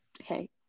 Okay